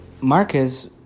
Marcus